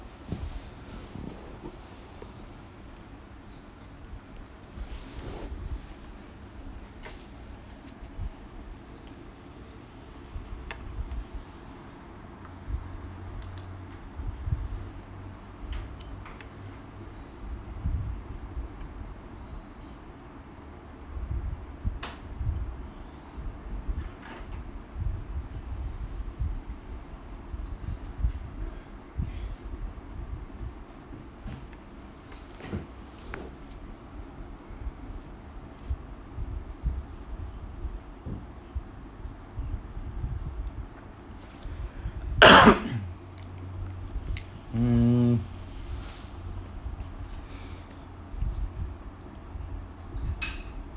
hmm